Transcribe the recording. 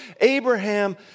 Abraham